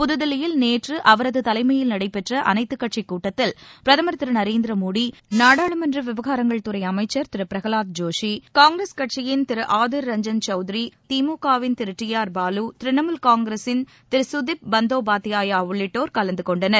புதுதில்லியில் நேற்று அவரது தலைமையில் நடைபெற்ற அனைத்துக் கட்சிக் கூட்டத்தில் பிரதமர் திரு நரேந்திர மோடி நாடாளுமன்ற விவகாரங்கள் துறை அமைச்சர் திரு பிரகவாத் ஜோஷி காங்கிரஸ் கட்சியின் ஆதிர் ரஞ்சன் சௌத்ரி திமுகவின் திரு டி ஆர் பாலு திரிணாமூல் காங்கிரஸின் திரு கதிப் பந்தோபாத்யாயா உள்ளிட்டோர் கலந்து கொண்டனர்